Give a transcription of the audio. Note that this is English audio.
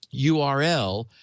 URL